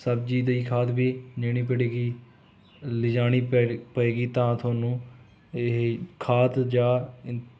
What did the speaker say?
ਸਬਜ਼ੀ ਦੀ ਖਾਦ ਵੀ ਲੈਣੀ ਪੜੇਗੀ ਲੈ ਜਾਣੀ ਪੜੇ ਪਏਗੀ ਤਾਂ ਤੁਹਾਨੂੰ ਇਹ ਖਾਦ ਜਾਂ